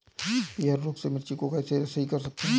पीहर रोग से मिर्ची को कैसे सही कर सकते हैं?